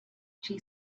she